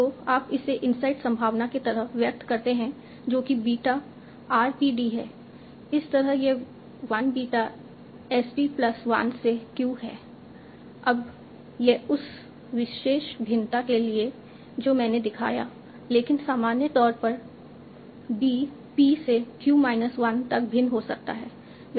तो आप इसे इनसाइड संभावना के तरह व्यक्त कर सकते हैं जो कि बीटा r p d है इसी तरह यह 1 बीटा s d प्लस 1 से q है अब यह उस विशेष भिन्नता के लिए है जो मैंने दिखाया है लेकिन सामान्य तौर पर d p से q minus 1 तक भिन्न हो सकता है